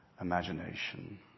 imagination